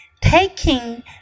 Taking